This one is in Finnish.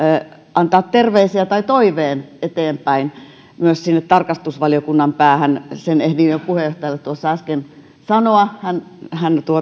antaa terveisiä tai toiveen eteenpäin myös sinne tarkastusvaliokunnan päähän sen ehdin jo puheenjohtajalle tuossa äsken sanoa ennen kuin hän